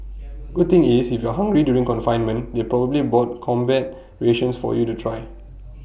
good thing is if you're hungry during confinement they probably bought combat rations for you to try